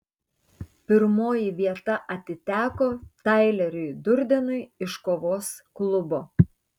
pirmoji vieta atiteko taileriui durdenui iš kovos klubo